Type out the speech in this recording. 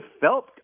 felt